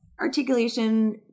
Articulation